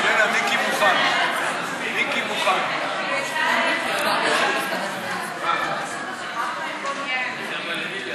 להעביר לוועדה